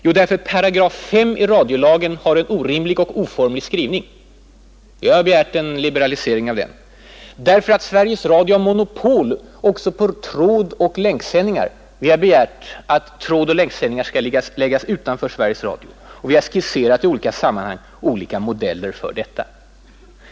Jo, därför att § 5 i radiolagen har en orimlig och oformlig skrivning. Vi har begärt en liberalisering av den därför att Sveriges Radio nu har monopol också för trådoch länksändningar. Vi har begärt att trådoch länksändningar skall läggas utanför Sveriges Radio, och vi har i olika sammanhang skisserat modeller för detta.